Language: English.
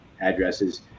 addresses